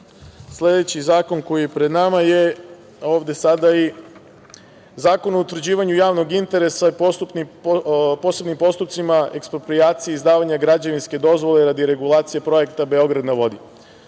stvar. Sledeći zakon koji je pred nama ovde sada je Zakon o utvrđivanju javnog interesa u posebnim postupcima eksproprijacije izdavanja građevinske dozvole radi regulacije projekta „Beograd na vodi“.Kao